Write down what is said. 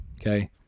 Okay